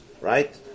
right